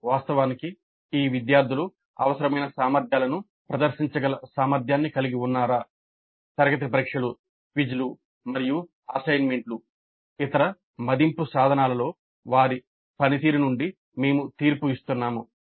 వాస్తవానికి ఈ విద్యార్థులు అవసరమైన సామర్థ్యాలను ప్రదర్శించగల సామర్థ్యాన్ని కలిగి ఉన్నారా తరగతి పరీక్షలు క్విజ్లు మరియు అసైన్మెంట్లు ఇతర మదింపు సాధనాలలో వారి పనితీరు నుండి మేము తీర్పు ఇస్తున్నాము